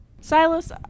silas